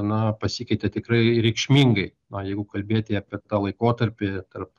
na pasikeitė tikrai reikšmingai o jeigu kalbėti apie tą laikotarpį tarp